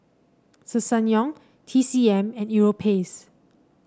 Ssangyong T C M and Europace